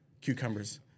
cucumbers